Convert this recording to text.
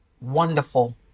wonderful